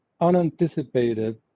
unanticipated